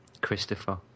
Christopher